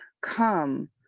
come